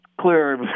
clear